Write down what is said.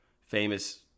famous